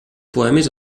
poemes